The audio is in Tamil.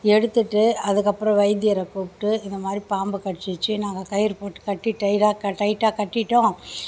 எடுத்துவிட்டு அதுக்கப்புறம் வைத்தியரை கூப்பிட்டு இந்த மாதிரி பாம்பு கடிச்சிடுச்சி நாங்கள் கயிறு போட்டு கட்டி டைடாக டைட்டா கட்டிவிட்டோம்